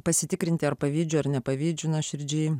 pasitikrinti ar pavydžiu ar nepavydžiu nuoširdžiai